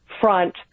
front